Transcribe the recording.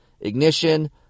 Ignition